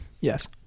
Yes